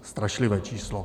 Strašlivé číslo.